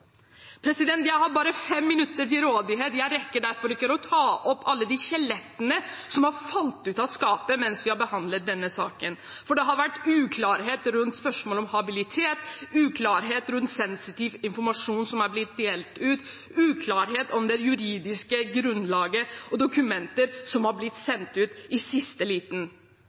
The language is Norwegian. Jeg har bare fem minutter til rådighet, og jeg rekker derfor ikke å ta opp alle de skjelettene som har falt ut av skapet mens vi har behandlet denne saken. Det har vært uklarhet rundt spørsmål om habilitet, uklarhet rundt sensitiv informasjon som er blitt delt ut, uklarhet om det juridiske grunnlaget og om dokumenter som har blitt sendt ut i